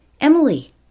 Emily